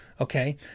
Okay